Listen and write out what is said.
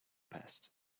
past